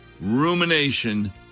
Rumination